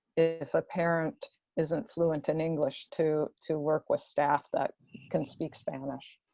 if a parent isn't fluent in english, to to work with staff that can speak spanish.